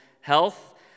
health